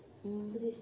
mm